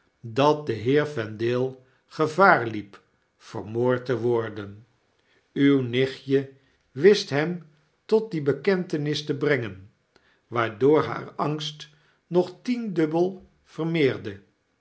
dat de heer vendale gevaar liep vermoord te worden uw nichtje wist hem tot die bekentenis te brengen waardoor haar angst nog tiendubbel